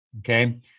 okay